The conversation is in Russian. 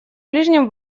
ближнем